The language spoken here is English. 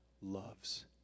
loves